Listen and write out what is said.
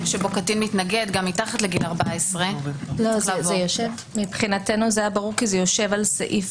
שהקטין מתנגד גם מתחת לגיל 14. מבחינתנו זה היה ברור כי זה יושב על סעיף